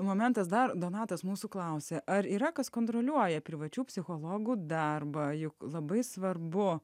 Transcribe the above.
momentas dar donatas mūsų klausia ar yra kas kontroliuoja privačių psichologų darbą juk labai svarbu